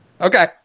Okay